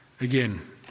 Again